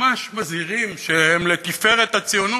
ממש מזהירים, שהם לתפארת הציונות,